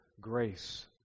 grace